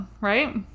right